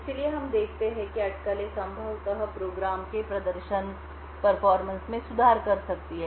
इसलिए हम देखते हैं कि अटकलें संभवतः कार्यक्रमप्रोग्राम के प्रदर्शनपरफॉर्मेंस में सुधार कर सकती हैं